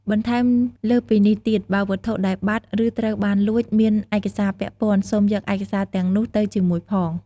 បន្ថែមលើសពីនេះទៀត បើវត្ថុដែលបាត់ ឬត្រូវបានលួច មានឯកសារពាក់ព័ន្ធ សូមយកឯកសារទាំងនោះទៅជាមួយផង។